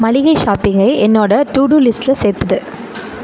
மளிகை ஷாப்பிங்கை என்னோடய டு டூ லிஸ்டில் சேர்த்துடு